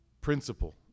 principle